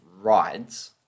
rides